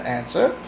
answer